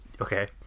Okay